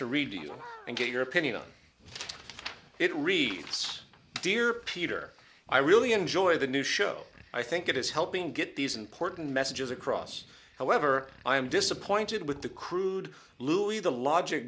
the read and get your opinion on it reads dear peter i really enjoy the new show i think it is helping get these important messages across however i'm disappointed with the crude louie the logic